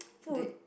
did